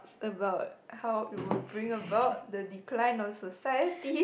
about how it would bring about the decline of society